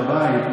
לא.